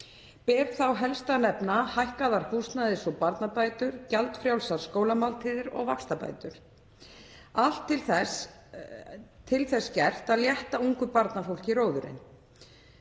Ber þar helst að nefna hækkaðar húsnæðis- og barnabætur, gjaldfrjálsar skólamáltíðir og vaxtabætur. Allt til þess gert að létta ungu barnafólki róðurinn.